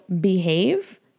behave